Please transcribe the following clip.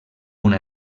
una